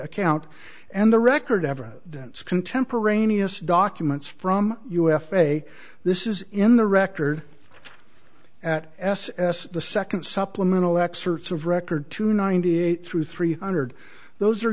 account and the record ever since contemporaneous documents from u f a this is in the record at s s the second supplemental excerpts of record two ninety eight through three hundred those are